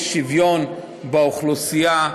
שיהיה שוויון באוכלוסייה,